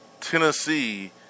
Tennessee